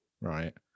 right